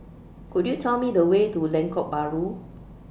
Could YOU Tell Me The Way to Lengkok Bahru